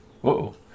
Whoa